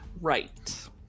right